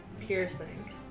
piercing